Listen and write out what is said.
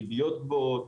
ריביות גבוהות